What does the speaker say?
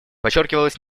подчеркивалась